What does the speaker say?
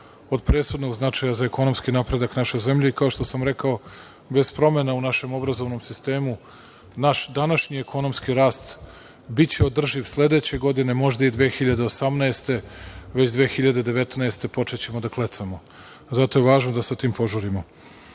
od presudnog značaja za ekonomski napredak naše zemlje. Kao što sam rekao, bez promena u našem obrazovnom sistemu, naš današnji ekonomski rast biće održiv sledeće godine, možda i 2018. godine, a već 2019. godine počećemo da klecamo. Zato je važno da sa tim požurimo. Govorili